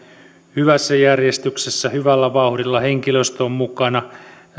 hyvässä järjestyksessä hyvällä vauhdilla henkilöstö on mukana